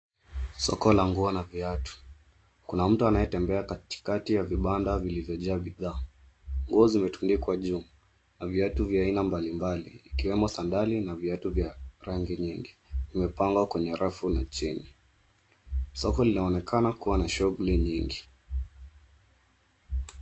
Soko la nguo na viatu. Kuna mtu anayetembea katikati ya vibanda vilivyojaa bidhaa. Nguo zimetundikwa juu na viatu vya aina mbalimbali, vikiwemo sandali na viatu vya rangi nyingi. Vimepangwa kwa rafu ya chini. Soko linaonekana kuwa na shughuli nyingi.